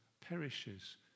perishes